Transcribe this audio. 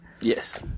Yes